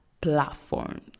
platforms